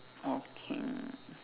okay